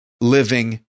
living